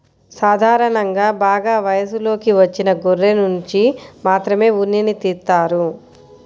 సాధారణంగా బాగా వయసులోకి వచ్చిన గొర్రెనుంచి మాత్రమే ఉన్నిని తీస్తారు